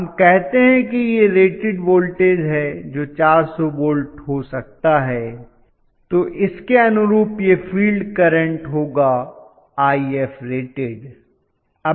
हम कहते हैं कि यह रेटेड वोल्टेज है जो 400 वोल्ट हो सकता है तो इसके अनुरूप यह फील्ड करंट होगा Ifrated